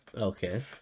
Okay